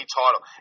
title